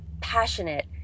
passionate